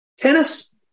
Tennis